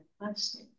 question